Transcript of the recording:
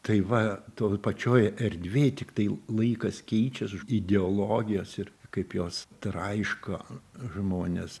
tai va toj pačioj erdvėj tiktai laikas keičias ideologijos ir kaip jos traiško žmones